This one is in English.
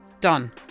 done